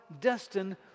destined